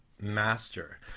master